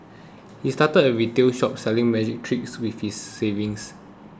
he started a retail shop selling magic tricks with his savings